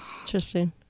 Interesting